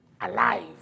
alive